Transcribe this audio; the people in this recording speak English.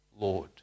Lord